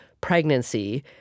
pregnancy